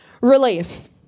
relief